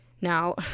Now